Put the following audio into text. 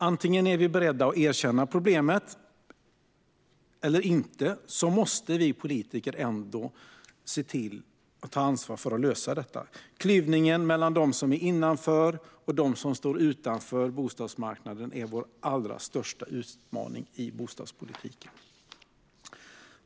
Antingen vi är beredda att erkänna problemet eller inte måste vi politiker se till att ta ansvar för och lösa detta. Klyvningen mellan dem som är innanför och dem som står utanför bostadsmarknaden är vår allra största utmaning i bostadspolitiken.